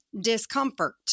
discomfort